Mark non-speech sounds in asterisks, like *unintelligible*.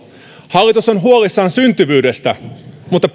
hallitus on huolissaan syntyvyydestä mutta *unintelligible*